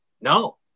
no